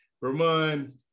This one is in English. Ramon